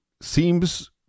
seems